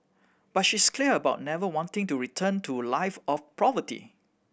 but she's clear about never wanting to return to a life of poverty